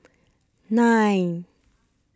nine